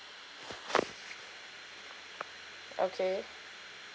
okay